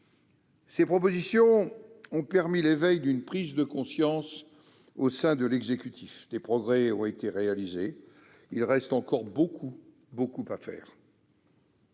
Ces propositions ont permis l'éveil d'une prise de conscience au sein de l'exécutif. Des progrès ont été réalisés. Il reste encore beaucoup à faire.